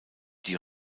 die